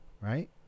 Right